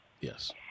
Yes